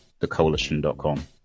theCoalition.com